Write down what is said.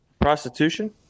Prostitution